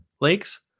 lakes